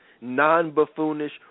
non-buffoonish